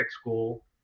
school